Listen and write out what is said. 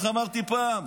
איך אמרתי פעם?